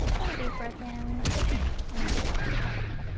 take a deep breath in and a deep breath out